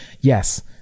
yes